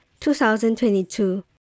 2022